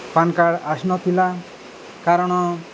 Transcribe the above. ପାନ୍ card ଆସିନଥିଲା କାରଣ